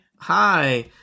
Hi